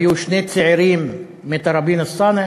והיו שני צעירים מתראבין-אלסאנע